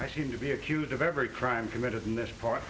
i seem to be accused of every crime committed in this part